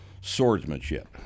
swordsmanship